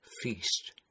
Feast